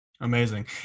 Amazing